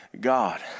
God